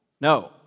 No